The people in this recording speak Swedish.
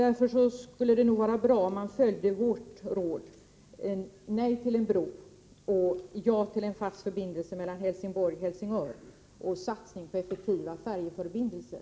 Därför skulle det vara bra om man följde vårt råd: Nej till en bro och ja till en fast förbindelse mellan Helsingborg och Helsingör samt satsning på effektiva färjeförbindelser.